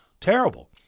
terrible